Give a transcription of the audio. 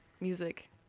music